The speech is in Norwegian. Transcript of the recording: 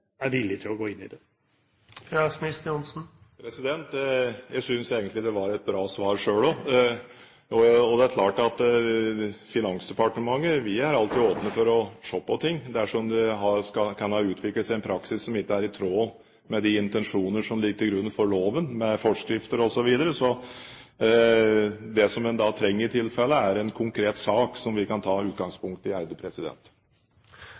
er villig til å gå inn i det. Jeg synes egentlig det var et bra svar selv også. Det er klart at i Finansdepartementet er vi alltid åpne for å se på ting dersom det kan ha utviklet seg en praksis som ikke er i tråd med de intensjoner som ligger til grunn for loven med forskrifter osv. Det en i tilfelle trenger, er en konkret sak som vi kan ta